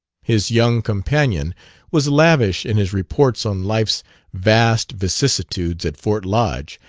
his young companion was lavish in his reports on life's vast vicissitudes at fort lodge,